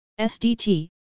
SDT